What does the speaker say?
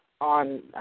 on